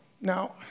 Now